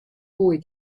boy